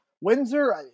Windsor